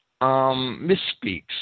misspeaks